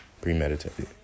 premeditated